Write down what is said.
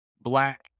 black